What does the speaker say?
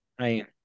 right